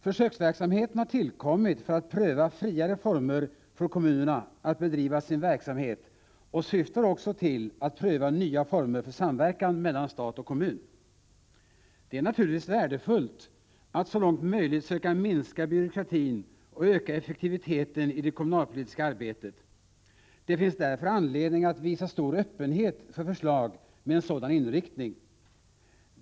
Försöksverksamheten har tillkommit för att pröva friare former för kommunerna att bedriva sin verksamhet och syftar också till att pröva nya former för samverkan mellan stat och kommun. Det är naturligtvis värdefullt att så långt möjligt söka minska byråkratin och öka effektiviteten i det kommunalpolitiska arbetet. Det finns därför anledning att visa stor öppenhet för förslag med en sådan inriktning.